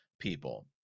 people